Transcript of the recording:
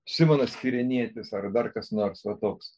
simonas kirėnietis ar dar kas nors va toks